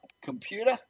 computer